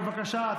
בבקשה.